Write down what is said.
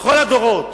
בכל הדורות